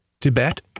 Tibet